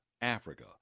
Africa